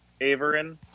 Averin